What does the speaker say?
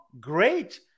Great